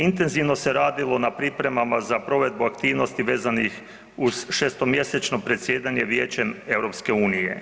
Intenzivno se radilo na pripremama za provedbu aktivnosti vezanih uz 6-mjesečno predsjedanje Vijećem EU.